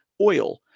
oil